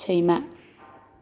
सैमा